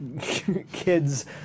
kids